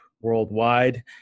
worldwide